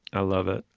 i love it.